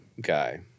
guy